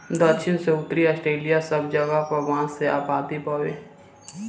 दखिन से उत्तरी ऑस्ट्रेलिआ सब जगह पर बांस के आबादी बावे